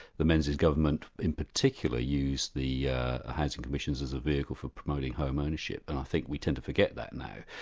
the menzies government in particular, used the housing commissions as a vehicle for promoting home ownership, and i think we tend to forget that now.